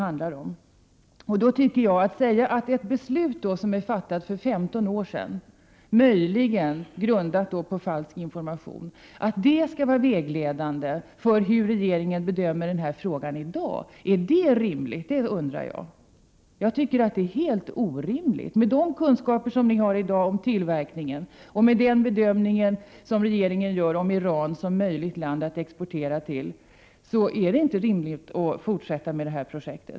Jag undrar därför om det är rimligt att säga att ett beslut som fattades för 15 år sedan — möjligen grundat på falsk information — skall vara vägledande för hur regeringen skall bedöma den här frågan i dag. Jag tycker att det är helt orimligt. Med de kunskaper som ni har i dag om tillverkningen och utifrån de bedömningar som regeringen gör om Iran som möjligt land att exportera till är det inte rimligt att fortsätta med detta projekt.